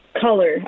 Color